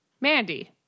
Mandy